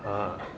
!huh!